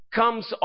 comes